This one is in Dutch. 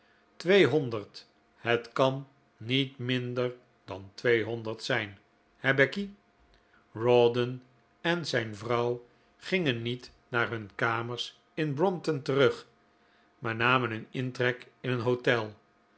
tweehonderd het kan niet minder dan tweehonderd zijn he becky rawdon en zijn vrouw gingen niet naar hun kamers in brompton terug maar namen hun intrek in een hotel